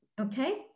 Okay